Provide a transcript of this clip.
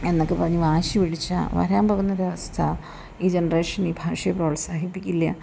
എന്നൊക്കെ പറഞ്ഞ് വാശി പിടിച്ചാൽ വരാൻ പോകുന്നൊരവസ്ഥ ഈ ജനറേഷന് ഈ ഭാഷയെ പ്രോത്സാഹിപ്പിക്കില്ല